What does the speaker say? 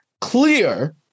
clear